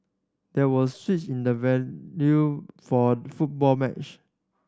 there was switch in the venue for football match